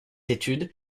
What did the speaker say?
études